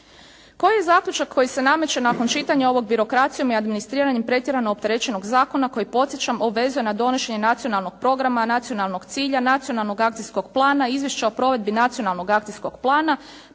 Koji je zaključak koji se nameće nakon čitanja ovog birokracijom i administriranjem pretjerano opterećenog zakona koji, podsjećam, obvezuje na donošenje nacionalnog programa, nacionalnog cilja, nacionalnog akcijskog plana i izvješća o provedbi nacionalnog akcijskog plana,